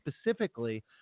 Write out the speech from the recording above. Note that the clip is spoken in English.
specifically